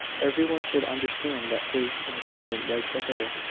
every one should understand that his engagement was to her,